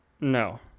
No